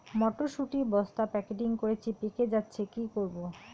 মটর শুটি বস্তা প্যাকেটিং করেছি পেকে যাচ্ছে কি করব?